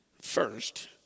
First